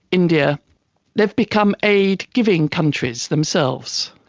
india. they have become aid giving countries themselves.